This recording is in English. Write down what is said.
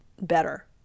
better